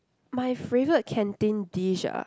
my favourite canteen dish ah